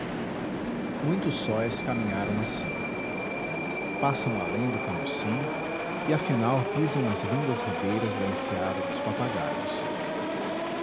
muitos sóis caminharam assim passam além do camucim e afinal pisam as lindas ribeiras da enseada dos papagaios